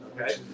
Okay